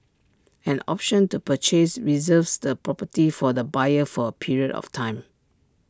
an option to purchase reserves the property for the buyer for A period of time